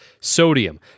Sodium